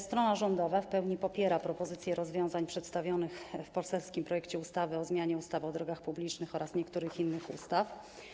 Strona rządowa w pełni popiera propozycje rozwiązań przedstawionych w poselskim projekcie ustawy o zmianie ustawy o drogach publicznych oraz niektórych innych ustaw.